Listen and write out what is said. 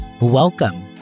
welcome